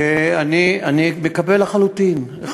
אני מקבל לחלוטין,